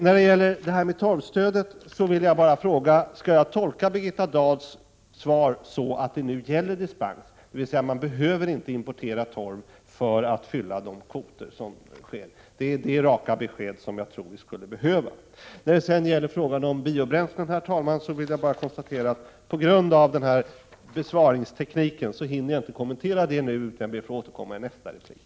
Beträffande torvstödet vill jag bara fråga: Skall jag tolka Birgitta Dahls svar så att det nu gäller dispens, dvs. att man inte behöver importera torv för att fylla kvoten? Det är det raka besked som jag tror att vi skulle behöva. Sedan vill jag bara konstatera att jag på grund av den tillämpade svarstekniken inte hinner kommentera den del som gäller marknaden för biobränslen, utan jag ber att få återkomma i nästa replik.